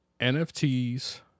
NFTs